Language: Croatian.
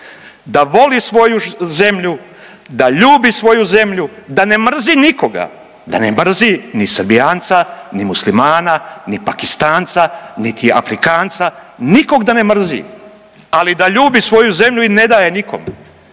Da voli svoju zemlju, da ljubi svoju zemlju, da ne mrzi nikoga, da ne mrzi ni Srbijanca ni muslimana ni Pakistanca niti Afrikanca, nikog da ne mrzi, ali da ljubi svoju zemlju i ne da je nikom.